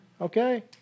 okay